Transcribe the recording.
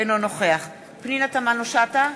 אינו נוכח פנינה תמנו-שטה,